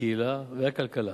הקהילה והכלכלה.